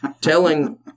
telling